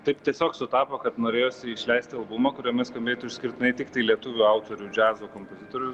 taip tiesiog sutapo kad norėjosi išleisti albumą kuriame skambėtų išskirtinai tiktai lietuvių autorių džiazo kompozitorių